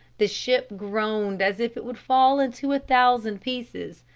the ship groaned as if it would fall into a thousand pieces.